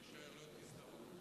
השר איתן,